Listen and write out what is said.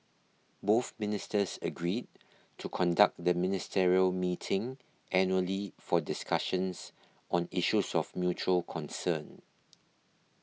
both ministers agreed to conduct the ministerial meeting annually for discussions on issues of mutual concern